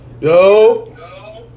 Yo